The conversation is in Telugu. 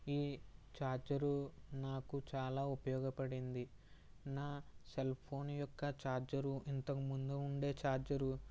ఈ ఛార్జరు నాకు చాలా ఉపయోగపడింది నా సెల్ ఫోన్ యొక్క ఛార్జరు ఇంతకుముందు ఉండే ఛార్జరు